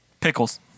Pickles